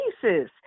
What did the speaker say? pieces